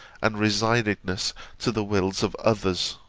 and resignedness to the wills of others?